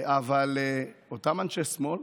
אבל אותם אנשי שמאל,